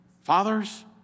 Fathers